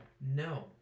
No